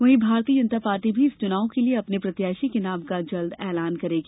वहीं भारतीय जनता पार्टी भी इस चुनाव के लिए अपने प्रत्याशी के नाम का जल्द ऐलान करेगी